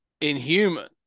inhuman